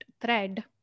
thread